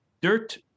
Dirt